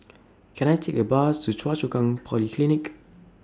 Can I Take A Bus to Choa Chu Kang Polyclinic